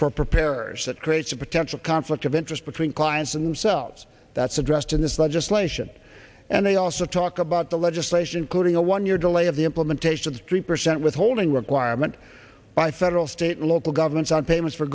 for preparers that creates a potential conflict of interest between clients and themselves that's addressed in this legislation and they also talk about the legislation including a one year delay of the implementation of the three percent withholding requirement by federal state and local governments on payments for